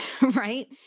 right